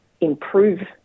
improve